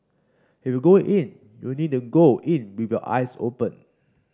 if you go in you need to go in with your eyes open